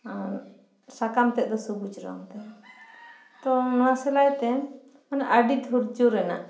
ᱟᱨ ᱥᱟᱠᱟᱢ ᱛᱮᱫ ᱫᱚ ᱥᱩᱵᱩᱡᱽ ᱨᱚᱝ ᱛᱮ ᱛᱚ ᱱᱚᱣᱟ ᱥᱮᱞᱟᱭ ᱛᱮ ᱟᱹᱰᱤ ᱫᱷᱩᱨᱡᱚ ᱨᱮᱱᱟᱜ